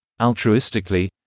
altruistically